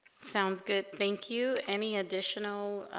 sounds good thank you any additional